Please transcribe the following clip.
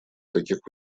таких